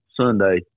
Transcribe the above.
Sunday